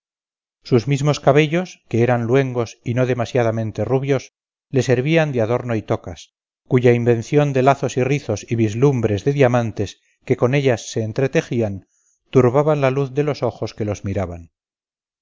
sus mismos cabellos que eran luengos y no demasiadamente rubios le servían de adorno y tocas cuya invención de lazos y rizos y vislumbres de diamantes que con ellas se entretejían turbaban la luz de los ojos que los miraban